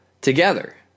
together